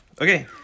Okay